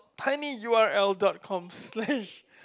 tiny U_R_L dot com slash